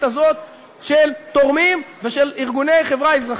הזאת של תורמים ושל ארגוני חברה אזרחית.